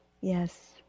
yes